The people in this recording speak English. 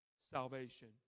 salvation